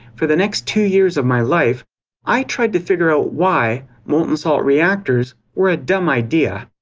for the next two years of my life i tried to figure out why molten salt reactors were a dumb idea.